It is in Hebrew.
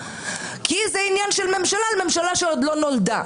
כי זה עניין של ממשלה על ממשלה שעוד לא נולדה.